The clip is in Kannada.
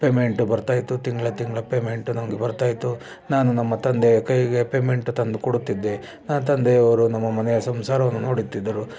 ಪೇಮೆಂಟ್ ಬರ್ತಾಯಿತ್ತು ತಿಂಗಳ ತಿಂಗಳ ಪೇಮೆಂಟು ನನಗೆ ಬರ್ತಾಯಿತ್ತು ನಾನು ನಮ್ಮ ತಂದೆಯ ಕೈಗೆ ಪೇಮೆಂಟ್ ತಂದುಕೊಡುತ್ತಿದ್ದೆ ತಂದೆಯವರು ನಮ್ಮ ಮನೆಯ ಸಂಸಾರವನ್ನು ನೋಡುತ್ತಿದ್ದರು